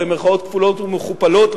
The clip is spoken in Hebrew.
במירכאות כפולות ומכופלות,